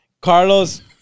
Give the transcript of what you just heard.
Carlos